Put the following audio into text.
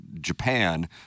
Japan